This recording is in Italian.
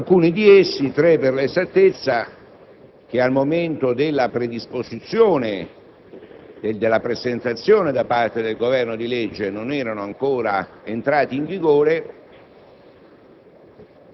Alcuni di essi, tre per l'esattezza, che al momento della predisposizione e della presentazione del disegno di legge da parte del Governo non erano ancora entrati in vigore,